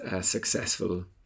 successful